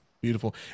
beautiful